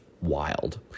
wild